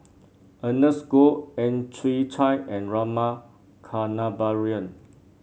Ernest Goh Ang Chwee Chai and Rama Kannabiran